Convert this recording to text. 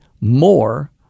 more